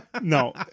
No